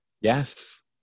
Yes